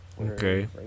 Okay